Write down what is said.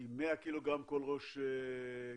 עם 100 קילוגרם כל ראש קרב